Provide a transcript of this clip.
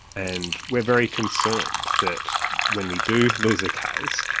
and we're very concerned that when we do lose a case,